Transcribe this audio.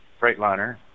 Freightliner